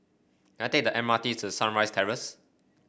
can I take the M R T to Sunrise Terrace